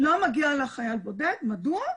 מדוע?